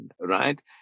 right